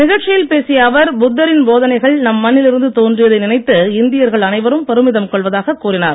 நிகழ்ச்சியில் பேசிய அவர் புத்தரின் போதனைகள் நம் மண்ணில் இருந்து தோன்றியதை நினைத்து இந்தியர்கள் அனைவரும் பெருமிதம் கொள்வதாகக் கூறினார்